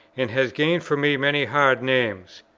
and has gained for me many hard names.